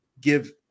give